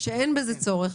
שאין בזה צורך,